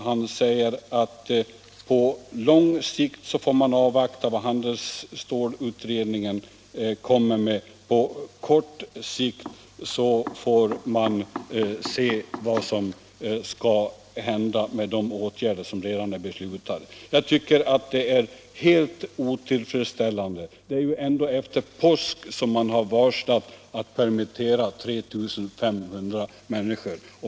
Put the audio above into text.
Han säger att man på lång sikt får avvakta vad handelsstålutredningen kommer med och på kort sikt får se vad de åtgärder som redan är beslutade ger. Detta tycker jag är helt otillfredsställande. Det är ju ändå efter påsk som bolagets varsel om att permittera 3 500 gäller.